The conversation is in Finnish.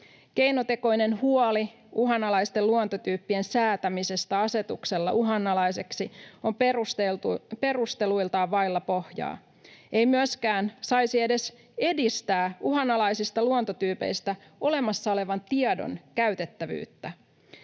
Keinotekoinen huoli uhanalaisten luontotyyppien säätämisestä asetuksella uhanalaisiksi on perusteluiltaan vailla pohjaa. Ei myöskään saisi edes edistää uhanalaisista luontotyypeistä olemassa olevan tiedon käytettävyyttä.